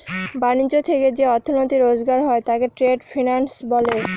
ব্যাণিজ্য থেকে যে অর্থনীতি রোজগার হয় তাকে ট্রেড ফিন্যান্স বলে